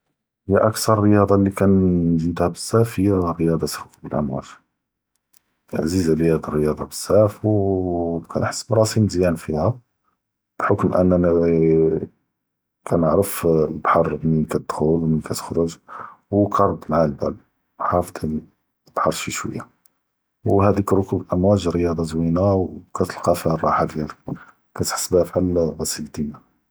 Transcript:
בניסבה ליותר אלריאاضة לי בקא ג’ידדה ביזאף היא ריאاضة ריקוב אלאמواج, עזיזה עליא חאד אלריאاضة ביזאף וכנחס בראסי מיזיאן פיהא, בהכום אנא קאנעארף אלבהר מןין כיתכדל, ומןין כתחז’ר וכנרד מעהא אלבאל, עראפט שוייא שוייא, וחדיק ריקוב אלאמواج ריאاضة זוינה וכתלאקי אלרה’חה פיהא דיאל, כתחס ביהא פלאחאל.